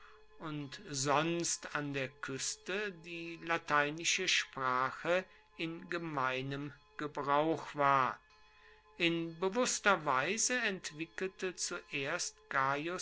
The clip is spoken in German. und sonst an der küste die lateinische sprache in gemeinem gebrauch war in bewußter weise entwickelte zuerst gaius